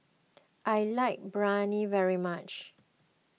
I like Biryani very much